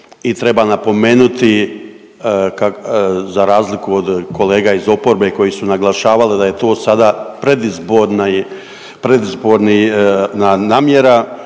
i treba napomenuti kak… za razliku od kolega iz oporbe koji su naglašavali da je to sada predizborni,